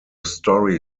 story